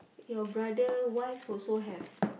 your brother wife also have uh